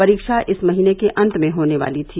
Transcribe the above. परीक्षा इस महीने के अंत में होनी थी